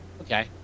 Okay